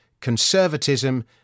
conservatism